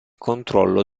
controllo